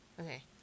Okay